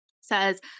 says